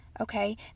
Okay